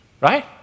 right